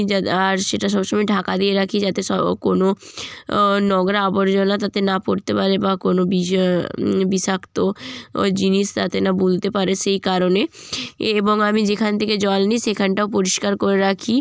যাতে আর সেটা সব সময় ঢাকা দিয়ে রাখি যাতে স কোনো নোংরা আবর্জনা তাতে না পড়তে পারে বা কোনো বিষাক্ত ও জিনিস তাতে না গুলতে পারে সেই কারণে এবং আমি যেখান থেকে জল নিই সেখানটাও পরিষ্কার করে রাখি